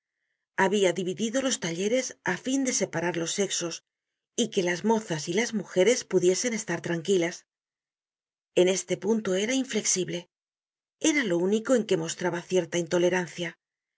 habia dividido los talleres á fin de separar los sexos y que las mozas y las mujeres pudiesen estar tranquilas en este punto era inflexible era lo único en que mostraba cierta intolerancia